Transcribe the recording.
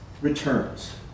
returns